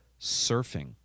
surfing